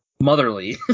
motherly